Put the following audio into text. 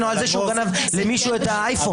או על זה שהוא גנב למישהו את האייפון.